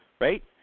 right